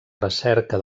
recerca